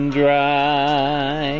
dry